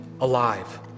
alive